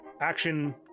action